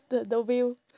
the the wheel